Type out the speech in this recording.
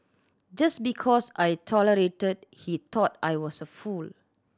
just because I tolerated he thought I was a fool